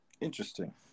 Interesting